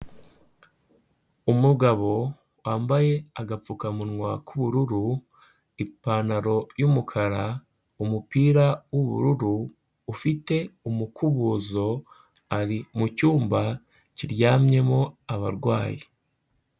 Umugabo wambaye agapfukamunwa k'ubururu, ipantaro y'umukara, umupira w'ubururu, ufite umukubozo, ari mu cyumba kiryamyemo abarwayi.